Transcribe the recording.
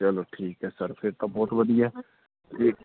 ਚਲੋ ਠੀਕ ਹੈ ਸਰ ਫਿਰ ਤਾਂ ਬਹੁਤ ਵਧੀਆ ਜੇ